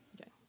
Okay